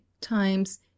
times